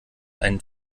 einen